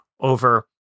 over